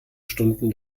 stunden